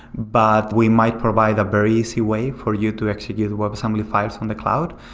but we might provide a very easy way for you to execute webassembly files from the cloud.